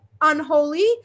unholy